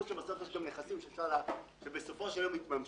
תזכרו שבסוף יש גם נכסים שבסופו של יום יתממשו,